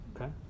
Okay